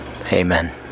Amen